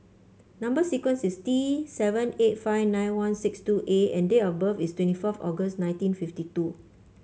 number sequence is T seven eight five nine one six two A and date of birth is twenty forth August nineteen fifty two